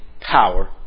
power